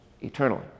eternally